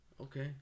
Okay